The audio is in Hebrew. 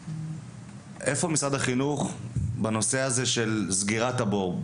איפה משרד החינוך בנושא של סגירת הבור,